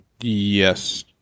yes